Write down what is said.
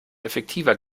effektiver